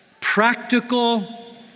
practical